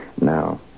Now